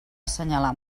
assenyalar